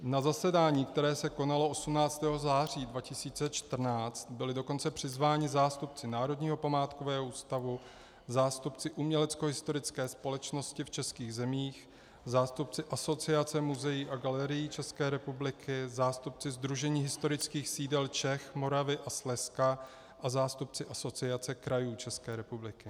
Na zasedání, které se konalo 18. září 2014, byli dokonce přizváni zástupci Národního památkového ústavu, zástupci Uměleckohistorické společnosti v českých zemích, zástupci Asociace muzeí a galerií České republiky, zástupci Sdružení historických sídel Čech, Moravy a Slezska a zástupci Asociace krajů České republiky.